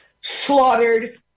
Slaughtered